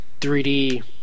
3D